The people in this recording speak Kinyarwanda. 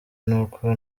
nuko